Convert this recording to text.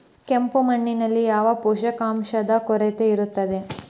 ಕೆಂಪು ಮಣ್ಣಿನಲ್ಲಿ ಯಾವ ಪೋಷಕಾಂಶದ ಕೊರತೆ ಇರುತ್ತದೆ?